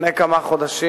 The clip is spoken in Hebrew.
לפני כמה חודשים,